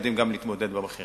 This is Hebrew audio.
יודעים גם להתמודד עם המחירים.